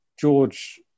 George